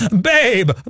Babe